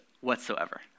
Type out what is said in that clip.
whatsoever